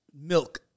milk